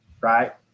right